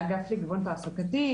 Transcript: והאגף לגיוון תעסוקתי.